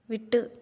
விட்டு